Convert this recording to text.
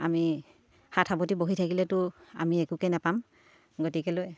আমি হাত সাৱতী বহি থাকিলেতো আমি একোকে নাপাম গতিকেলৈ